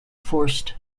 forced